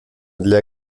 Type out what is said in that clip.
для